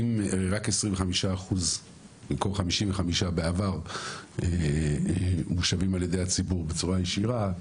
אם רק 25% במקום 55% בעבר מושבים על ידי הציבור בצורה ישירה,